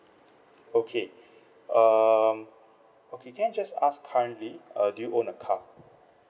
okay um okay can I just ask currently uh do you own a car